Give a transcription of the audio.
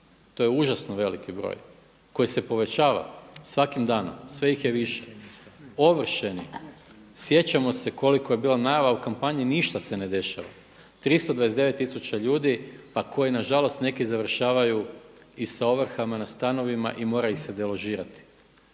to je užasno veliki broj koji se povećava svakim danom, sve ih je više, ovršeni. Sjećamo se koliko je bila najava u kampanji, ništa se ne dešava, 329 tisuća ljudi pa koji nažalost neki završavaju i sa ovrhama na stanovima i mora ih se deložirati.